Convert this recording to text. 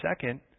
second